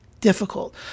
difficult